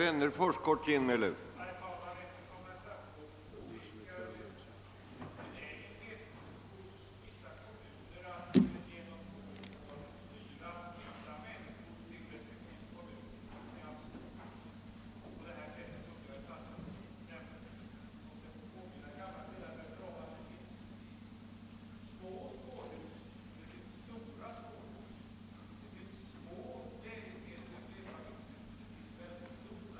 Herr talman!